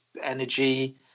energy